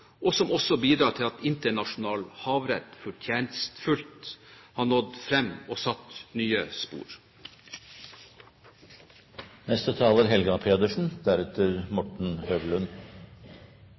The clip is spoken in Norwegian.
og også til at internasjonal havrett fortjenstfullt har nådd frem og satt nye